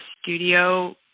studio